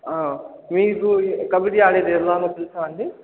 మీకు కబడ్డీ ఆడేది ఎలాగో తెలుసా అండీ